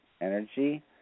energy